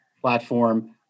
platform